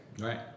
Right